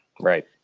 Right